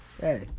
Hey